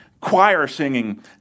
choir-singing